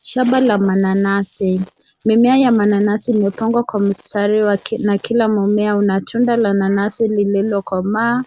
Shamba la mananasi. Mimea ya mananasi imepangwa kwa mistari wake na kila mmea una tunda la nanasi lililokoma.